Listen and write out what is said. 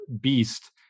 beast